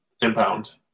impound